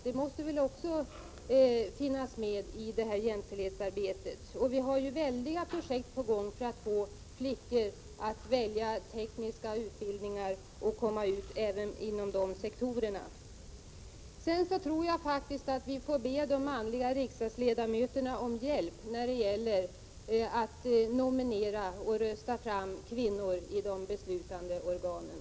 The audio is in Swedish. Detta måste väl också finnas med i jämställdhetsarbetet. Vi har omfattande projekt på gång för att få flickor att välja tekniska utbildningar, så att de kan komma in även på de sektorerna. Sedan tror jag faktiskt att vi får be de manliga riksdagsledamöterna om hjälp när det gäller att nominera och att rösta fram kvinnor i de beslutande organen.